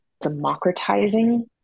democratizing